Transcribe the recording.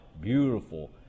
Beautiful